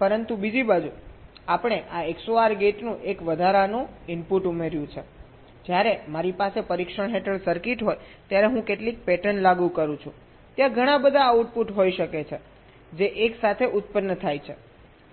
પરંતુ બીજી બાજુ અમે આ XOR ગેટનું એક વધારાનું ઇનપુટ ઉમેર્યું છે જ્યારે મારી પાસે પરિક્ષણ હેઠળ સર્કિટ હોય ત્યારે હું કેટલીક પેટર્ન લાગુ કરું છું ત્યાં ઘણા બધા આઉટપુટ હોઈ શકે છે જે એક સાથે ઉત્પન્ન થાય છે